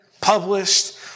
published